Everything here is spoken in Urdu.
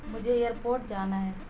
مجھے ایئر پورٹ جانا ہے